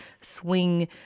swing